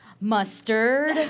mustard